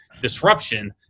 disruption